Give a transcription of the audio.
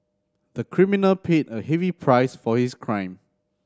the criminal paid a heavy price for his crime